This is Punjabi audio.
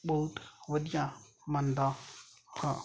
ਬਹੁਤ ਵਧੀਆ ਮੰਨਦਾ ਹਾਂ